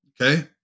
Okay